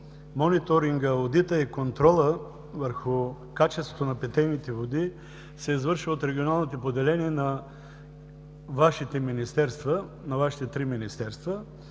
мониторингът, одитът и контролът върху качеството на питейните води се извършва от регионалните поделения на вашите три министерства.